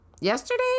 Yesterday